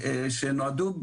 שנועדו לחסום,